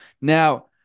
Now